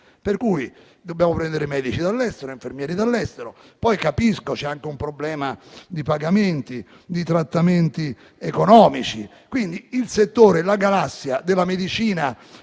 Per cui dobbiamo prendere medici e infermieri dall'estero. Poi capisco che c'è anche un problema di pagamenti, di trattamenti economici e quindi la galassia della medicina